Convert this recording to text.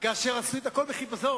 כאשר עשו את הכול בחיפזון,